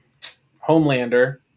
Homelander